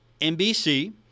NBC